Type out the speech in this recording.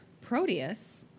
Proteus